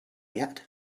yet